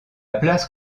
place